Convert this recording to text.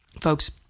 Folks